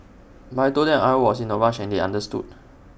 but I Told them I was in A rush and they understood